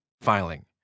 filing